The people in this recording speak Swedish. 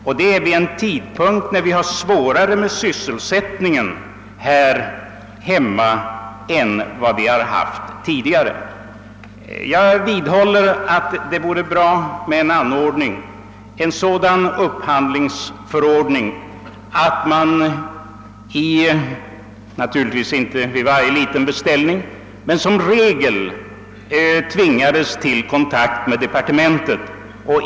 Och detta vid en tidpunkt när vi har större svårigheter med sysselsättningen än vi tidigare har haft. Detta är anmärkningsvärt. Jag vidhåller att det vore bra om upphandlingskungörelsen innehöll bestämmelser som tvingade försvaret att vid materielbeställningar — naturligtvis inte vid varje liten beställning men som regel — ta kontakt med departementet.